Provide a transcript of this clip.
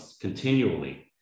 continually